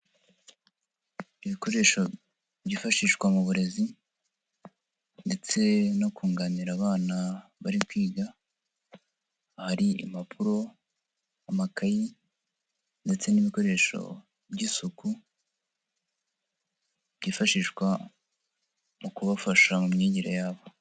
Ibikoresho byifashishwa mu burezi ndetse no kunganira abana bari kwiga, ahari impapuro, amakayi ndetse n'ibikoresho by'isuku, byifashishwa mu kubafasha mu myigire yabo.